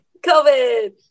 COVID